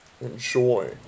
enjoy